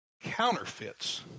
counterfeits